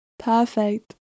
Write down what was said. Perfect